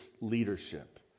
leadership